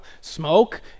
smoke